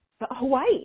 Hawaii